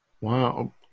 Wow